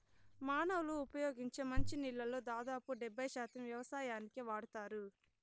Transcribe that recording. మానవులు ఉపయోగించే మంచి నీళ్ళల్లో దాదాపు డెబ్బై శాతం వ్యవసాయానికే వాడతారు